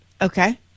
okay